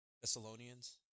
Thessalonians